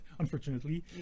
unfortunately